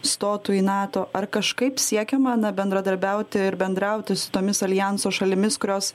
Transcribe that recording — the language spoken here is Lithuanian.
stotų į nato ar kažkaip siekiama na bendradarbiauti ir bendrauti su tomis aljanso šalimis kurios